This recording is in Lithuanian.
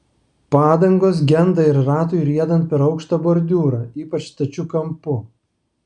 padangos genda ir ratui riedant per aukštą bordiūrą ypač stačiu kampu